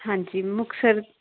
ਹਾਂਜੀ ਮੁਕਤਸਰ